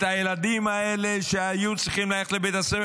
את הילדים האלה שהיו צריכים ללכת לבית הספר